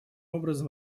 образом